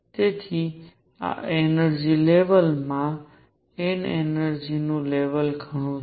તેથી આ energy level માં n એનર્જિ નું લેવલ ઘણું છે